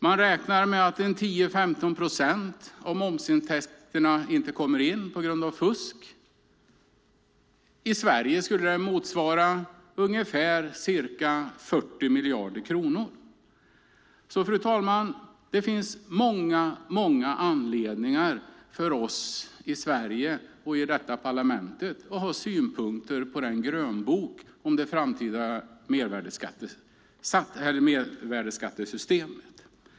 Man räknar med att 10-15 procent av momsen inte kommer in på grund av fusk. I Sverige motsvarar det ca 40 miljarder kronor. Fru talman! Det finns många anledningar för oss i Sverige och i detta parlament att ha synpunkter på grönboken om det framtida mervärdesskattesystemet.